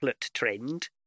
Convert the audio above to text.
trend